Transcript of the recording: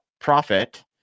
profit